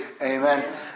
Amen